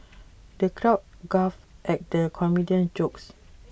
the crowd guffawed at the comedian's jokes